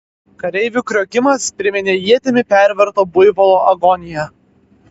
kareivių kriokimas priminė ietimi perverto buivolo agoniją